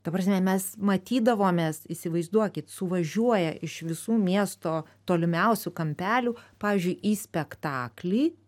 ta prasme mes matydavomės įsivaizduokit suvažiuoja iš visų miesto tolimiausių kampelių pavyzdžiui į spektaklį